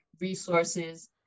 resources